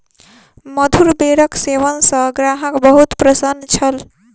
मधुर बेरक सेवन सॅ ग्राहक बहुत प्रसन्न छल